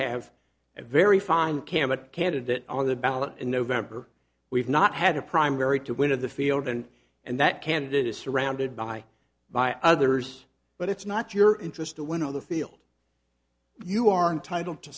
have a very fine kamut candidate on the ballot in november we've not had a primary to win of the field and and that candidate is surrounded by by others but it's not your interest to winnow the field you are entitled to